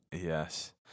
Yes